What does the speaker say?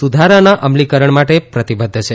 સુધારાના અમલીકરણ માટે પ્રતિબદ્ધ છે